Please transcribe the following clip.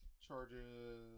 charges